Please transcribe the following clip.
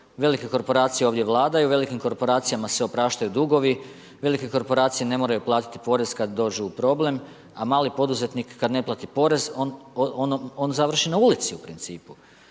Velike korporacije ovdje vladaju, velikim korporacijama se opraštaju dugovi, velike korporacije ne moraju platiti porez kad dođu u problem, a mali poduzetnik kad ne plati porez, on završi na ulici u principu.